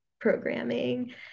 programming